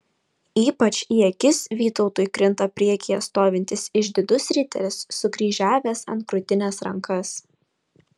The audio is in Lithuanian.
ypač į akis vytautui krinta priekyje stovintis išdidus riteris sukryžiavęs ant krūtinės rankas